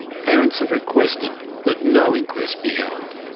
parents have requested that no inquest be held.